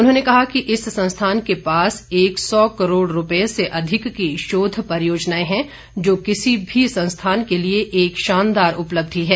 उन्होंने कहा कि इस संस्थान के पास एक सौ करोड़ रूपये से अधिक की शोध परियोजनाएं हैं जो किसी भी संस्थान के लिए एक शानदार उपलब्धि है